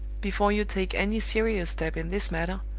before you take any serious step in this matter,